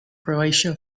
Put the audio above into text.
croatia